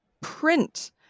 print